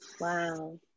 wow